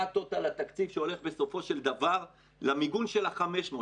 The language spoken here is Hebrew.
טוטאל התקציב שהולך בסופו של דבר למיגון של ה-500,